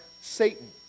Satan